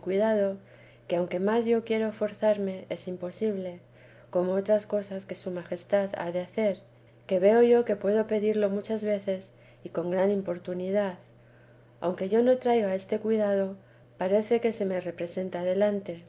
cuidado que aunque más quiero forzarme es imposible como otras cosas que su majestad ha de hacer que veo yo que puedo pedirlo muchas veces y con gran importunidad aunque yo no traiga este cuidado parece que se me representa delante